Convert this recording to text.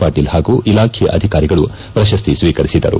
ಪಾಟೀಲ್ ಪಾಗೂ ಇಲಾಖೆಯ ಅಧಿಕಾರಿಗಳು ಪ್ರತಸ್ತಿ ಸ್ನೀಕರಿಸಿದರು